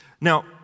Now